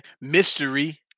mystery